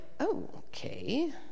okay